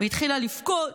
והתחילה לבכות